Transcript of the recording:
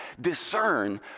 discern